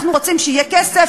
אנחנו רוצים שיהיה כסף,